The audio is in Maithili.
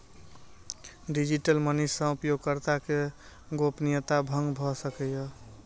डिजिटल मनी सं उपयोगकर्ता के गोपनीयता भंग भए सकैए